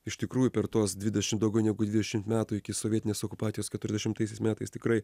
iš tikrųjų per tuos dvidešim daugiau negu dvidešim metų iki sovietinės okupacijos keturiasdešimtaisiais metais tikrai